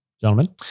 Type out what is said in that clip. Gentlemen